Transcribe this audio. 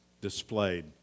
displayed